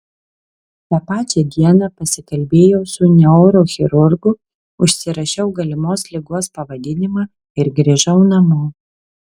tą pačią dieną pasikalbėjau su neurochirurgu užsirašiau galimos ligos pavadinimą ir grįžau namo